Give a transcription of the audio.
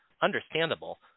understandable